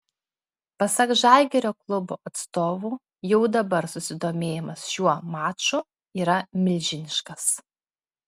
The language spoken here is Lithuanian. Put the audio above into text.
pasak žalgirio klubo atstovų jau dabar susidomėjimas šiuo maču yra milžiniškas